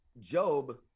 Job